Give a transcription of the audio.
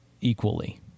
equally